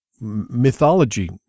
mythology